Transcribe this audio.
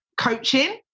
coaching